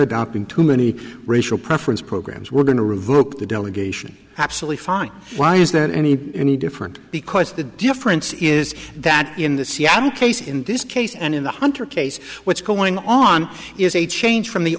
adopting too many racial preference programs we're going to revoke the delegation absolutely fine why is that any any different because the difference is that in the seattle case in this case and in the hunter case what's going on is a change from the